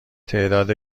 تعداد